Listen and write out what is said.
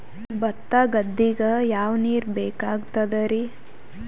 ಭತ್ತ ಗದ್ದಿಗ ಯಾವ ನೀರ್ ಬೇಕಾಗತದರೀ?